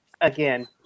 again